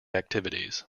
activities